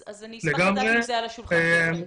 לגמרי.